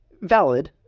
valid